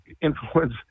influence